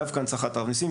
דווקא הנצחת הרב ניסים,